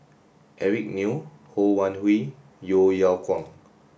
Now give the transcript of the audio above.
Eric Neo Ho Wan Hui Yeo Yeow Kwang